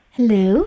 Hello